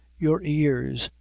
your ears,